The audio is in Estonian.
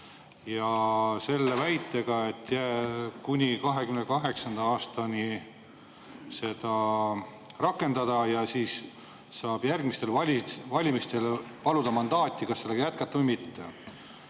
ja selle väitega, et kuni 2028. aastani saab seda rakendada ja siis saab järgmistel valimistel paluda mandaati, kas sellega jätkata või mitte.